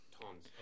tons